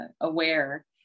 aware